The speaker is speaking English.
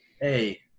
hey